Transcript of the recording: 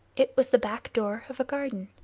it was the back door of a garden.